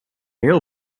heel